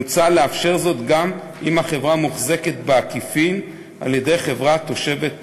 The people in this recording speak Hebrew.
מוצע לאפשר זאת גם אם החברה מוחזקת בעקיפין על-ידי חברה תושבת חוץ.